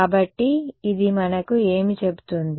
కాబట్టి ఇది మనకు ఏమి చెబుతుంది